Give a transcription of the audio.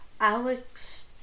Alex